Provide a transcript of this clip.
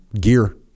gear